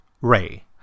Ray